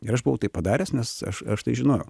ir aš buvau tai padaręs nes aš aš tai žinojau